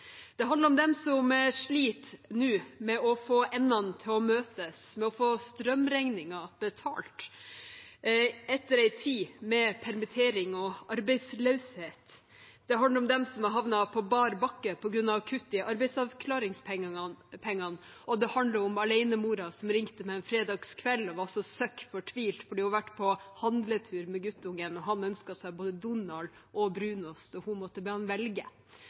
Det handler om mennesker. Det handler om dem som nå sliter med å få endene til å møtes, med å få strømregningen betalt, etter en tid med permittering og arbeidsløshet. Det handler om dem som har havnet på bar bakke på grunn av kutt i arbeidsavklaringspengene, og det handler om alenemoren som ringte meg en fredagskveld og var så søkk fortvilt fordi hun hadde vært på handletur med guttungen og han ønsket seg både Donald og brunost, og hun måtte velge.